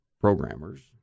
programmers